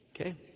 Okay